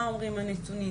מה אומרים הנתונים.